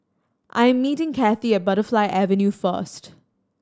I'm meeting Cathie at Butterfly Avenue first